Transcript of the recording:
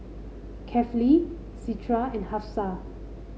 Kefli Citra and Hafsa